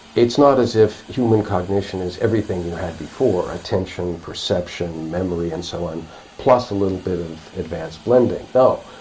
it's not as if human cognition is everything you had before attention, perception, memory and so on plus a little bit of advanced blending. no,